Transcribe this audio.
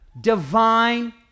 divine